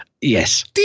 yes